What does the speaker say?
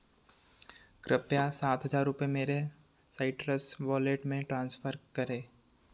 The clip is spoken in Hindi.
कृपया सात हज़ार रुपये मेरे साइट्रस वॉलेट में ट्रांसफर करें